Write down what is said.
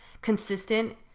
consistent